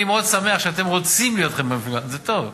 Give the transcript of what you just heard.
אני מאוד שמח שאתם רוצים להיות חברתיים, זה טוב,